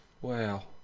Wow